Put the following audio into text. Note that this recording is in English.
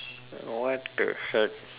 what the heck